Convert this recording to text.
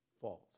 false